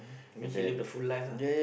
I mean he live the full life ah